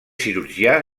cirurgià